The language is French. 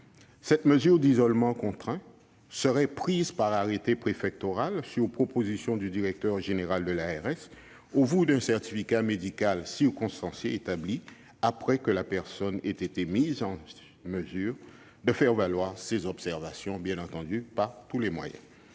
Cette mesure d'isolement contraint serait prise par arrêté préfectoral, sur proposition du directeur général de l'ARS, au vu d'un certificat médical circonstancié établi après que la personne aura été mise en mesure de faire valoir ses observations, bien entendu par tout moyen.